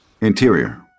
Interior